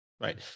right